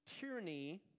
tyranny